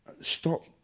stop